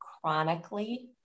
chronically